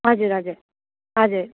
हजुर हजुर हजुर